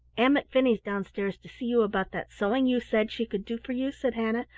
ann mcfinney's downstairs to see you about that sewing you said she could do for you, said hannah,